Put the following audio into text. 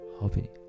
Hobby